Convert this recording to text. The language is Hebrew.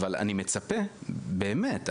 אבל אני מצפה באמת,